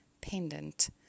pendant